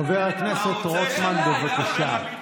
חבר הכנסת רוטמן, בבקשה.